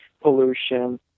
pollution